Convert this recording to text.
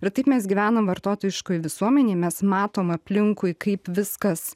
ir taip mes gyvenam vartotojiškoj visuomenėj mes matom aplinkui kaip viskas